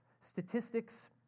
Statistics